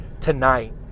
tonight